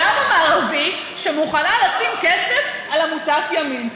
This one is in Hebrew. המערבי שמוכנה לשים כסף על עמותת ימין.